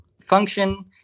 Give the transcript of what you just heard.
function